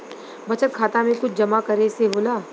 बचत खाता मे कुछ जमा करे से होला?